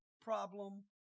problem